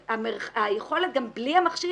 היכולת גם בל המכשיר,